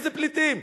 איזה פליטים?